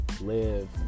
live